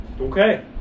Okay